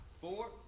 four